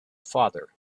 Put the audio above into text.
father